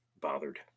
bothered